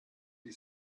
die